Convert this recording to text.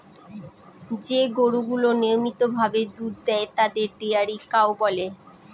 যে গরুগুলা নিয়মিত ভাবে দুধ দেয় তাদের ডেয়ারি কাউ বলে